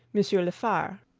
monsieur la far.